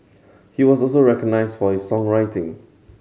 he was also recognised for his songwriting